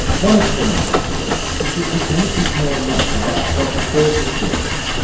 one explanation for this is that we don't yet know enough about what causes stillbirth.